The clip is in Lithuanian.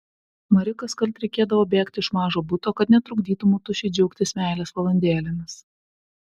mari kaskart reikėdavo bėgti iš mažo buto kad netrukdytų motušei džiaugtis meilės valandėlėmis